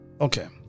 Okay